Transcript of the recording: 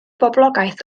boblogaeth